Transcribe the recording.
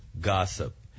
gossip